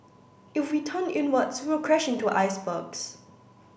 if we turn inwards we'll crash into icebergs